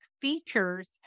features